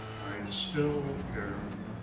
i still yearn.